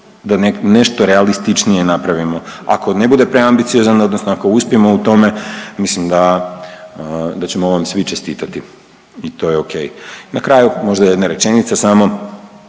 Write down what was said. da nešto realističnije napravimo, ako ne bude preambiciozan odnosno ako uspijemo u tome mislim da, da ćemo vam svi čestitati i to je okej. I na kraju možda jedna rečenica samo,